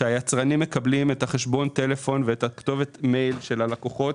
שם היצרנים מקבלים את חשבון הטלפון ואת כתובת המייל של הלקוחות,